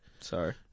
Sorry